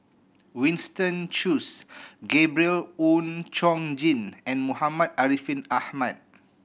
Winston Choos Gabriel Oon Chong Jin and Muhammad Ariff Ahmad